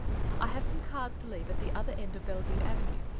i have some cards to leave at the other end of bellevue avenue,